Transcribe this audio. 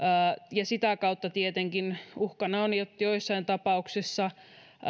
ja sitä kautta tietenkin uhkana on että joissain tapauksissa